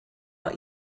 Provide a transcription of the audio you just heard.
our